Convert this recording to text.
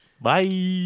Bye